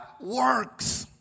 works